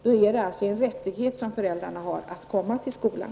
Då är det bra att föräldrarna har en rättighet att komma till skolan.